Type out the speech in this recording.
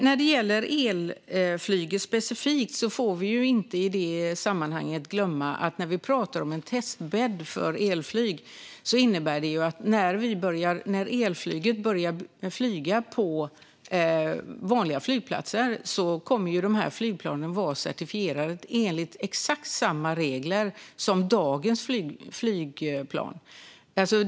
När det gäller elflyget specifikt får vi i det sammanhanget inte glömma att en testbädd för elflyg innebär att när elflyget börjar flyga på vanliga flygplatser kommer flygplanen att vara certifierade enligt exakt samma regler som dagens flygplan.